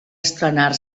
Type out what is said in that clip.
estrenar